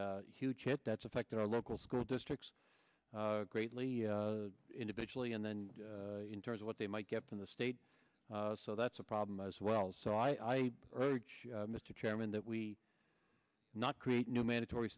huge hit that's affected our local school districts greatly individually and then in terms of what they might get from the state so that's a problem as well so i urge mr chairman that we not create new mandatory